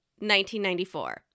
1994